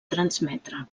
transmetre